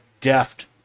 deft